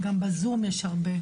גם בזום יש הרבה.